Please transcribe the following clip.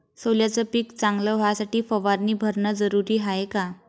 सोल्याचं पिक चांगलं व्हासाठी फवारणी भरनं जरुरी हाये का?